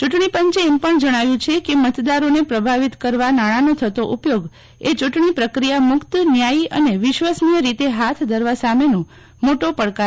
ચુંટજી પંચે એમ પજ્ઞ જજ્ઞાવ્યું છે કે મતદારોને પ્રભાવિત કરવા નાજ્ઞાંનો થતો ઉપયોગ એ ચુંટજ્ઞી પ્રક્રિયા મુકત ન્યાયી અને વિશ્વસનીય રીતે હાથ ધરવા સામેનો મોટો પડકાર છે